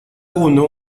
uno